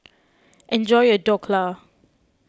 enjoy your Dhokla